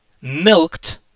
milked